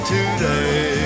Today